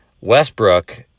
Westbrook